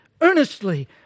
earnestly